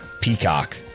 Peacock